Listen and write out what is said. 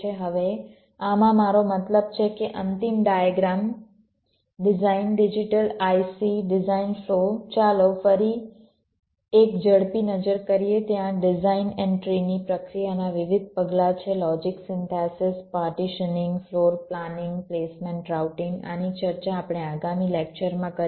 હવે આમાં મારો મતલબ છે કે અંતિમ diagram design digital IC design flow ચાલો ફરી એક ઝડપી નજર કરીએ ત્યાં ડિઝાઇન એન્ટ્રી ની પ્રક્રિયાના વિવિધ પગલાં છે logic synthesis partitioning floor planning placement routing આની ચર્ચા આપણે આગામી લેક્ચરમાં કરીશું